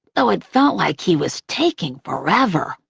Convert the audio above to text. though it felt like he was taking forever.